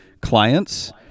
clients